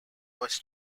was